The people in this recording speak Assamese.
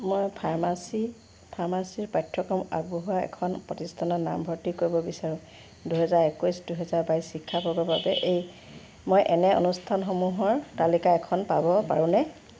মই ফাৰ্মাচীৰ ফাৰ্মাচীৰ পাঠ্যক্ৰম আগবঢ়োৱা এখন প্ৰতিষ্ঠানত নামভৰ্তি কৰিব বিচাৰোঁ দুহেজাৰ একৈছ দুহেজাৰ বাইছ শিক্ষাবৰ্ষৰ বাবে এই মই এনে প্ৰতিষ্ঠানসমূহৰ তালিকা এখন পাব পাৰোঁনে